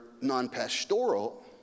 non-pastoral